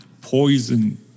poison